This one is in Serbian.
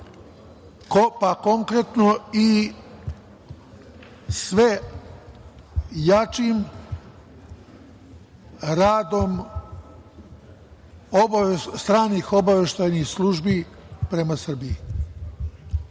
a konkretno i sve jačim radom stranih obaveštajnih službi prema Srbiji. Da